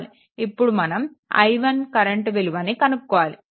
ఇప్పుడు మనం i1 current విలువని కనుక్కోవాలి